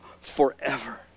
forever